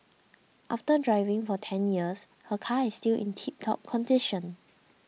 after driving for ten years her car is still in tiptop condition